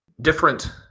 different